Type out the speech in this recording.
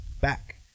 back